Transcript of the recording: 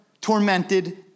tormented